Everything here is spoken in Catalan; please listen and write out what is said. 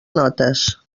notes